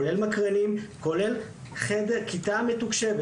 כולל מקרנים, כולל חדר כיתה מתוקשבת.